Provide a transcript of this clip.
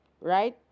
Right